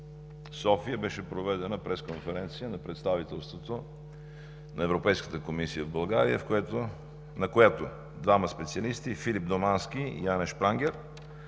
София беше проведена пресконференция на представителството на Европейската комисия в България, на която двама специалисти – Филип Домански и Ани Шпрангер,